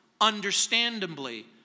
understandably